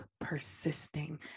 persisting